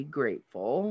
grateful